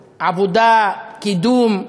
עבודה, קידום,